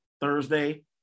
Thursday